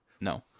no